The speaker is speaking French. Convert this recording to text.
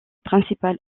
principal